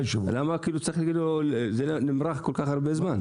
למה כאילו צריך ונמרח כל כך הרבה זמן?